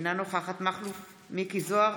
אינה נוכחת מכלוף מיקי זוהר,